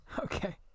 Okay